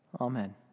Amen